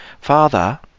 Father